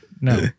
No